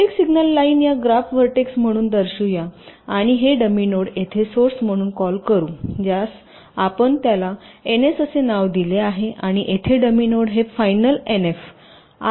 प्रत्येक signal line या graph vertex म्हणून दर्शवू या आणि हे डमी नोड येथे सोर्स म्हणून कॉल करू ज्यास आपण त्याला ns असे नाव दिले आहे आणि येथे डमी नोड हे फायनल एनएफ आहे